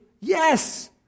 Yes